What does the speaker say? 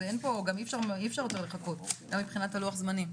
אי אפשר יותר לחכות גם מבחינת לוח הזמנים.